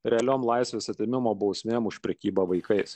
realios laisvės atėmimo bausmė už prekybą vaikais